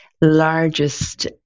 largest